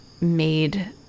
made